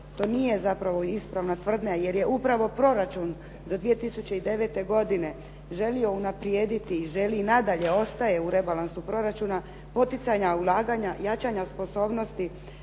To nije zapravo ispravna tvrdnja jer je upravo proračun za 2009. godinu želio unaprijediti i želji i nadalje, ostaje u rebalansu proračuna poticanja ulaganja, jačanja sposobnosti